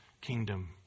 kingdom